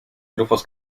grupos